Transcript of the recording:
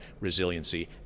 resiliency